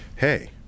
hey